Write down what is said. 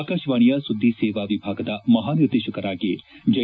ಆಕಾಶವಾಣಿಯ ಸುದ್ದಿ ಸೇವಾ ವಿಭಾಗದ ಮಹಾನಿರ್ದೇಶಕರಾಗಿ ಜ್ನೆ